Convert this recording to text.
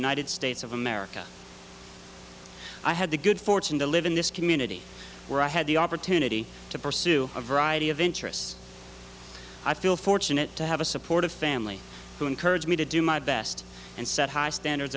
united states of america i had the good fortune to live in this community where i had the opportunity to pursue a variety of interests i feel fortunate to have a supportive family who encouraged me to do my best and set high standards